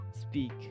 Speak